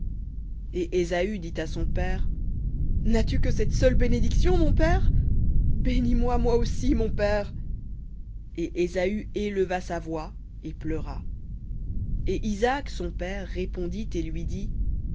et ésaü dit à son père n'as-tu que cette seule bénédiction mon père bénis moi moi aussi mon père et ésaü éleva sa voix et pleura et isaac son père répondit et lui dit